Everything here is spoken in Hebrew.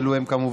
אלה הם כמובן